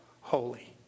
holy